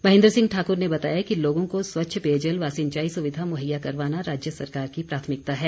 महेन्द्र सिंह ठाक्र ने बताया कि लोगों को स्वच्छ पेयजल व सिंचाई सुविधा मुहैया करवाना राज्य सरकार की प्राथमिकता है